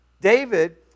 David